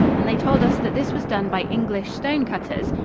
and they told us that this was done by english stonecutters,